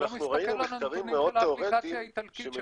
אתה לא מסתכל על הנתונים של האפליקציה האיטלקית שמתעדכנים בלייב.